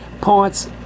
parts